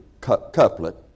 couplet